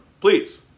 Please